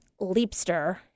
leapster